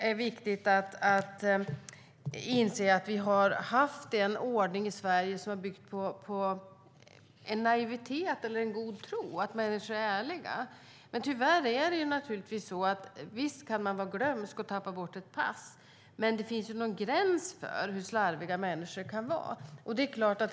Vi har haft en ordning i Sverige som byggt på naivitet eller god tro, att människor är ärliga. Visst kan man vara glömsk och tappa bort ett pass, men det finns ju någon gräns för hur slarviga människor kan vara.